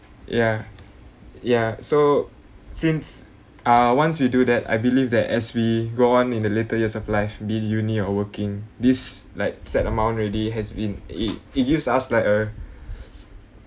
ya ya so since ah once we do that I believe that as we go on in the later years of life be it uni~ or working this like set amount already has been it give us like a